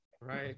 Right